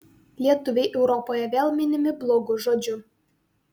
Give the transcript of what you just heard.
lietuviai europoje vėl minimi blogu žodžiu